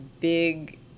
big